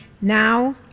now